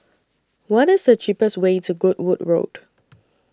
What IS The cheapest Way to Goodwood Road